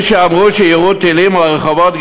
מי שאמר שיירו טילים על רחובות,